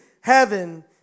heaven